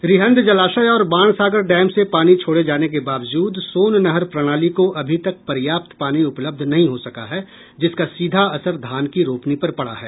रिहंद जलाशय और बाणसागर डैम से पानी छोड़े जाने के बावजूद सोन नहर प्रणाली को अभी तक पर्याप्त पानी उपलब्ध नहीं हो सका है जिसका सीधा असर धान की रोपनी पर पड़ा है